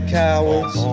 cowards